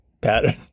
pattern